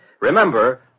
Remember